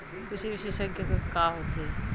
कृषि विशेषज्ञ का होथे?